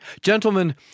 Gentlemen